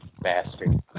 bastard